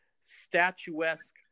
statuesque